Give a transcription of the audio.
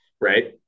right